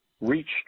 reached